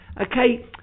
okay